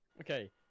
Okay